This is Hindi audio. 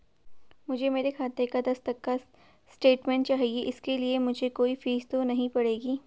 मुझे मेरे खाते का दस तक का स्टेटमेंट चाहिए इसके लिए मुझे कोई फीस तो नहीं पड़ेगी?